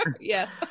yes